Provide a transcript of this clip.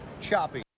Choppy